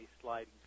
sliding